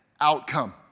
outcome